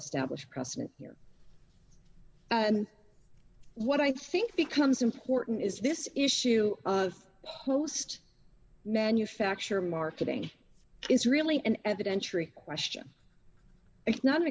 established precedent here and what i think becomes important is this issue of post manufacture marketing is really an evidentiary question it's not an